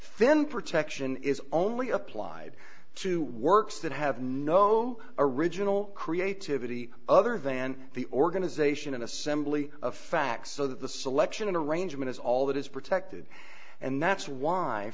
then protection is only applied to works that have no original creativity other than the organization and assembly of facts so that the selection and arrangement is all that is protected and that's why